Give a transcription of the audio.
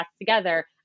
together